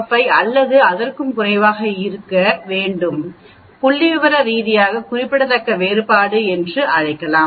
05 அல்லது அதற்கும் குறைவாக இருக்க வேண்டும புள்ளிவிவர ரீதியாக குறிப்பிடத்தக்க வேறுபாடு என்று அழைக்கலாம்